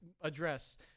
address